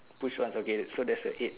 push one okay so there's a eight